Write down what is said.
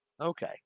Okay